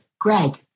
Greg